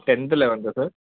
tenth లెవెన్తా sir